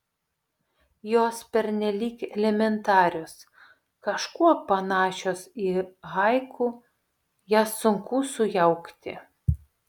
jos pernelyg elementarios kažkuo panašios į haiku jas sunku sujaukti